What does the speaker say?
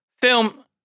film